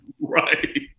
Right